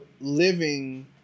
living